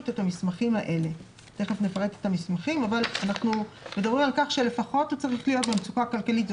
את המסמכים האלה:" מדברים על כך שלפחות הוא צריך להיות במצוקה כלכלית,